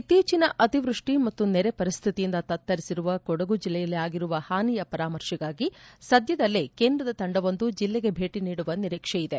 ಇತ್ತೀಚಿನ ಅತಿವೃಡ್ಡಿ ಮತ್ತು ನೆರೆ ಪರಿಸ್ಡಿತಿಯಿಂದ ತತ್ತರಿಸಿರುವ ಕೊಡಗು ಜಿಲ್ಲೆಯಲ್ಲಿ ಆಗಿರುವ ಹಾನಿಯ ಪರಾಮರ್ಶೆಗಾಗಿ ಸದ್ಯದಲ್ಲೇ ಕೇಂದ್ರದ ತಂಡವೊಂದು ಜಿಲ್ಲೆಗೆ ಭೇಟಿ ನೀಡುವ ನಿರೀಕ್ಷೆ ಇದೆ